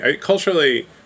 Culturally